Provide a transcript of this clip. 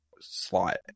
slot